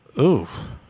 Oof